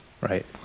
Right